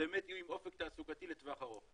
באמת יהיו עם אופק תעסוקתי לטווח ארוך.